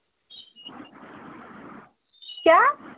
क्या